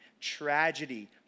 tragedy